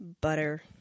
butter